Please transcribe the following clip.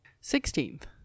Sixteenth